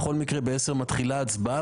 בכל מקרה, ב-10:00 מתחילה הצבעה.